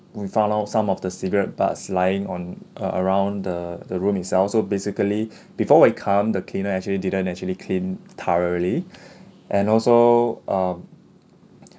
we found out some of the cigarette butts lying on uh around the the room itself so basically before we come the cleaner actually didn't actually clean thoroughly and also um